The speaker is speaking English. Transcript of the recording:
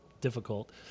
difficult